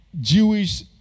Jewish